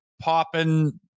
popping